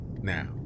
Now